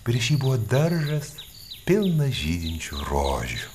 prieš jį buvo daržas pilnas žydinčių rožių